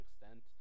extent